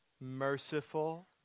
merciful